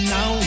Now